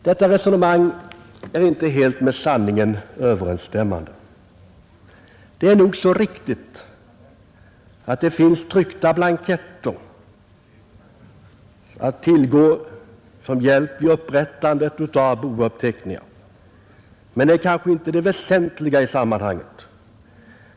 Detta resonemang är inte helt med sanningen överensstämmande. Det är nog så riktigt att det finns tryckta blanketter att tillgå som hjälp vid upprättandet av bouppteckningar, men det är kanske inte det väsentliga i sammanhanget.